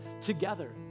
together